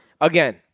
Again